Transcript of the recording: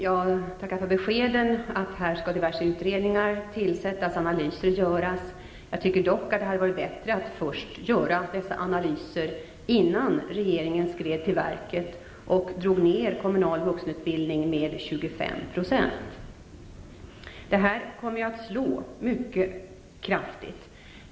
Jag tackar för beskeden om att diverse utredningar skall tillsättas och analyser göras. Jag tycker dock att det hade varit bättre att göra dessa analyser innan regeringen skred till verket och drog ner den kommunala vuxenutbildningen med 25 %. Detta kommer att slå mycket kraftigt.